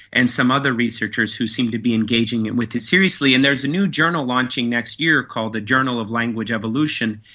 and some other researchers who seem to be engaging and with it seriously. and there's a new journal launching next year called the journal of language evolution,